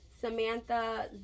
samantha